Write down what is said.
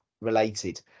related